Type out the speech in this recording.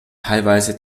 teilweise